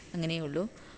അങ്ങനെയേ ഉള്ളൂ